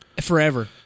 forever